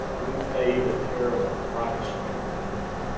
we paid a terrible price, and and